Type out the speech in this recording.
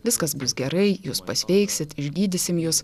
viskas bus gerai jūs pasveiksit išgydysim jus